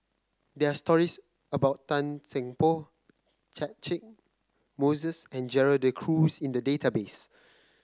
there are stories about Tan Seng Poh Catchick Moses and Gerald De Cruz in the database